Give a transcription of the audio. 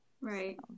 Right